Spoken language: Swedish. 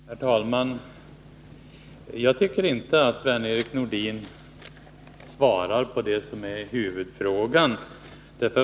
Herr talman! Jag tycker inte att Sven-Erik Nordin svarar på det som är huvudfrågan.